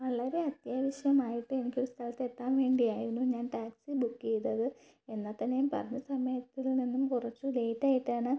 വളരെ അത്യാവശ്യമായിട്ട് എനിക്ക് ഒരു സ്ഥലത്ത് എത്താൻ വേണ്ടിയായിരുന്നു ഞാൻ ടാക്സി ബുക്കിയ്തത് എന്നാൽ തന്നെയും പറഞ്ഞ സമയത്തിൽ നിന്നും കുറച്ചു ലേറ്റ് ആയിട്ടാണ്